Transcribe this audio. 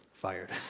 Fired